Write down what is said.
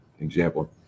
example